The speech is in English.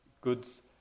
goods